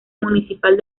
municipal